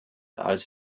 als